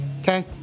okay